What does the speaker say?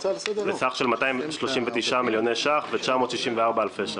בסך של 34,929 אלפי ש"ח.